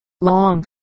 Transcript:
long